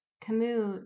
Camus